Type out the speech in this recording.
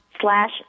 slash